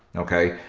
okay,